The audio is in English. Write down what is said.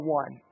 one